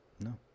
No